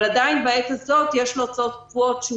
אבל עדיין בעת הזאת יש לו הוצאות קבועות שהוא